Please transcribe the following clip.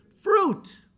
Fruit